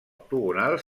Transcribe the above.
octagonal